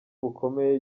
bukomeye